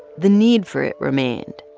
the need for it remained.